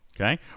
Okay